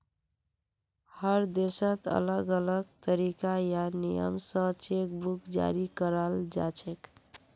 हर देशत अलग अलग तरीका या नियम स चेक बुक जारी कराल जाछेक